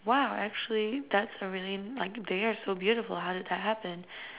!wow! actually that's a really like they're so beautiful how did that happen